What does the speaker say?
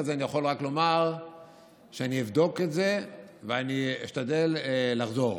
אז אני יכול רק לומר שאני אבדוק את זה ואני אשתדל לחזור.